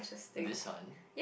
this one